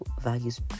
values